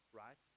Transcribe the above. right